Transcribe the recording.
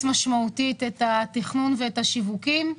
משמעותית את התכנון ואת השיווקים,